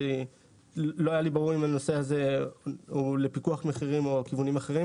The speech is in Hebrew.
כי לא היה לי ברור אם הנושא הזה הוא לפיקוח מחירים או לכיוונים אחרים,